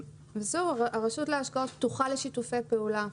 הרשות להשקעות פתוחה לשיתופי פעולה,